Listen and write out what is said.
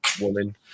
woman